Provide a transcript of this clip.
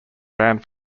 banned